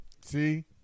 See